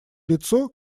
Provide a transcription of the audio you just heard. лицо